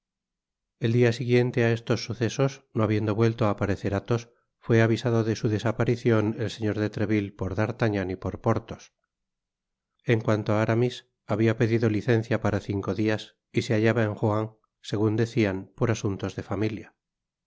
el dia siguiente á estos sucesos no habiendo vuelto á parecer athos fué avisado de su desaparicion el señor de treville por d'artagnan y por porthos en cuanto á aramis habia pedido licencia para cinco dias y se hallaba en ruan segun decian por asuntos de familia